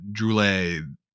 Droulet